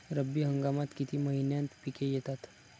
रब्बी हंगामात किती महिन्यांत पिके येतात?